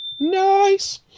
Nice